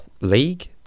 League